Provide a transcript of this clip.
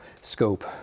scope